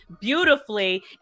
beautifully